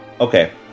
Okay